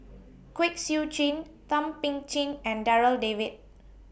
Kwek Siew Jin Thum Ping Tjin and Darryl David